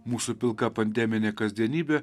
mūsų pilka pandeminė kasdienybė